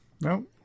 No